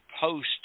post